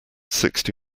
sixty